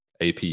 AP